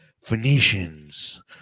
Phoenicians